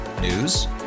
News